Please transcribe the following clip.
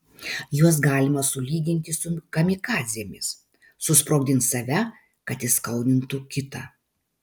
juos galima sulyginti su kamikadzėmis susprogdins save kad įskaudintų kitą